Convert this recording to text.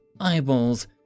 eyeballs